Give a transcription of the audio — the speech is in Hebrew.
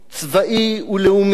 צבאי ולאומי,